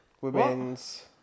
Women's